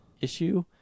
issue